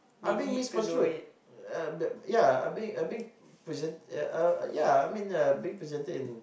I'm being misconstrued uh yeah I being I being presented uh yeah I mean being presented in